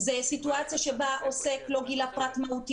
זה סיטואציה שבה עוסק לא גילה פרט מהותי